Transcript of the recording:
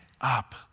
up